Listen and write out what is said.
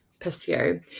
pursue